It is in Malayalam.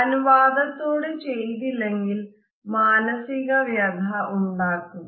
അനുവാദത്തോടെ ചെയ്തില്ലെങ്കിൽ മാനസിക വ്യഥയും ഉണ്ടാക്കും